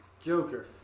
Joker